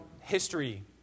history